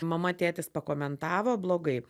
mama tėtis pakomentavo blogai